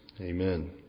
Amen